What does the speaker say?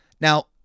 now